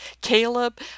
Caleb